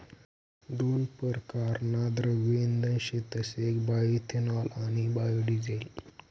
दोन परकारना द्रव्य इंधन शेतस येक बायोइथेनॉल आणि बायोडिझेल